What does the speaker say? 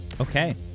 Okay